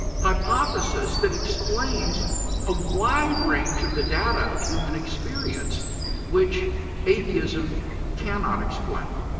hypothesis that explains a wide range of the data of human experience which atheism cannot explain.